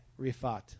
Rifat